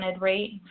rate